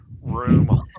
room